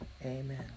amen